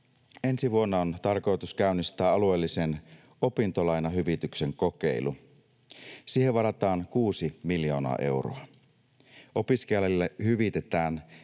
Ensi vuonna on tarkoitus käynnistää alueellisen opintolainahyvityksen kokeilu. Siihen varataan kuusi miljoonaa euroa. Opiskelijalle hyvitetään